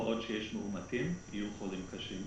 כל עוד יש מאומתים, יהיו חולים קשים.